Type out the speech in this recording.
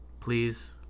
Please